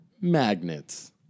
Magnets